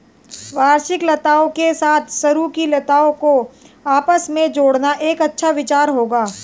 वार्षिक लताओं के साथ सरू की लताओं को आपस में जोड़ना एक अच्छा विचार होगा